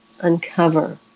uncover